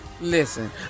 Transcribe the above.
listen